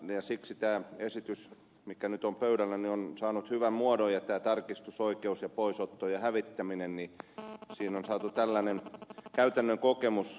siksi tämä esitys mikä nyt on pöydällä on saanut hyvän muodon ja tarkastusoikeudessa ja poisotossa ja hävittämisessä on saatu tällainen käytännön kokemus